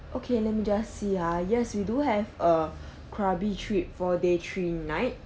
okay let me just see ah yes we do have a krabi trip four day three night